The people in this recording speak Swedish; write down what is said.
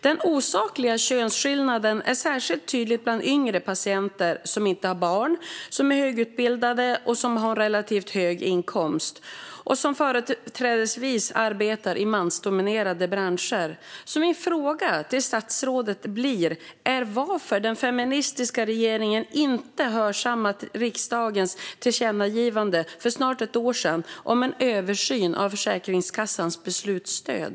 Den osakliga könsskillnaden är särskilt tydlig bland yngre patienter som inte har barn, som är högutbildade, som har relativt hög inkomst och som företrädesvis arbetar i mansdominerade branscher. Min fråga till statsrådet blir varför den feministiska regeringen inte hörsammat riksdagens tillkännagivande för snart ett år sedan om en översyn av Försäkringskassans beslutsstöd.